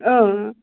اۭں اۭں